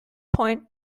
point